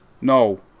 No